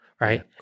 right